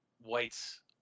White's